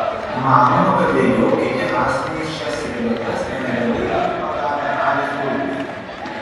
manoma kad vėliau kiti asmenys šias cigaretes nelegaliai būtų pardavę halės turguje